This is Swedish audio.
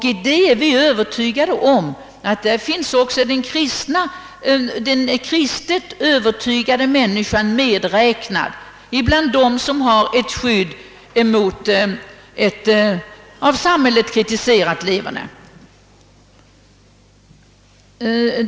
Vi är övertygade om att också den kristet övertygade människan är medräknad bland dem, som har ett skydd mot ett av samhället kritiserat leverne.